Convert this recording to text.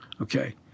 Okay